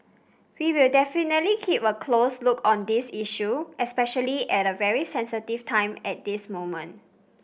we will definitely keep a close look on this issue especially at a very sensitive time at this moment